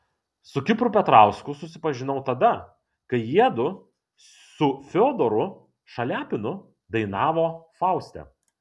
su kipru petrausku susipažinau tada kai jiedu su fiodoru šaliapinu dainavo fauste